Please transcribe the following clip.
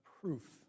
proof